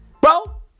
Bro